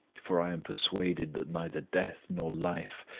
for i am persuaded that neither death, nor life,